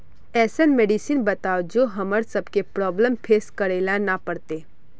ऐसन मेडिसिन बताओ जो हम्मर सबके प्रॉब्लम फेस करे ला ना पड़ते?